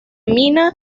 mina